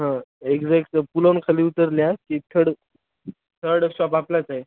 हां एक्झॅक्ट पुलावरून खाली उतरल्या की थड थर्ड शॉप आपलाच आहे